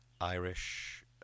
Irish